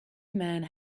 man